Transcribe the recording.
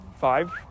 Five